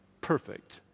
perfect